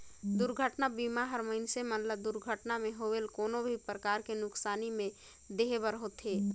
दुरघटना बीमा हर मइनसे मन ल दुरघटना मे होवल कोनो भी परकार के नुकसानी में देहे बर होथे